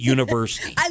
University